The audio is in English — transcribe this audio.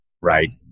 Right